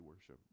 worship